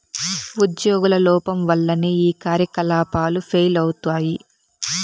ఉజ్యోగుల లోపం వల్లనే ఈ కార్యకలాపాలు ఫెయిల్ అయితయి